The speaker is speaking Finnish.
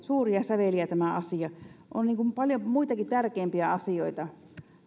suuria säveliä on paljon muitakin tärkeämpiä asioita